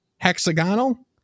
Hexagonal